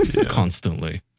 constantly